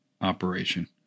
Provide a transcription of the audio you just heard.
operation